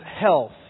health